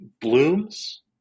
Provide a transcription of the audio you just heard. blooms